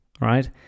right